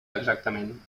exactament